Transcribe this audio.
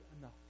enough